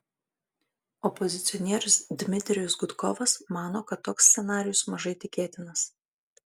opozicionierius dmitrijus gudkovas mano kad toks scenarijus mažai tikėtinas